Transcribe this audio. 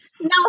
No